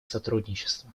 сотрудничество